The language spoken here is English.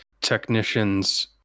technicians